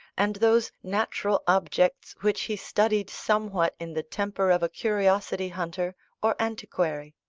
and those natural objects which he studied somewhat in the temper of a curiosity-hunter or antiquary.